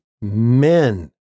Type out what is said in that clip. men